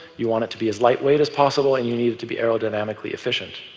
you want it to be as lightweight as possible, and you need it to be aerodynamically efficient.